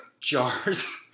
jars